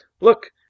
look